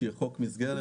שהיא חוק מסגרת,